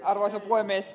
arvoisa puhemies